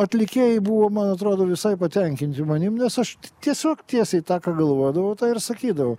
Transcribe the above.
atlikėjai buvo man atrodo visai patenkinti manim nes aš tiesiog tiesiai tą ką galvodavau ir sakydavau